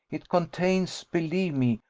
it contains, believe me,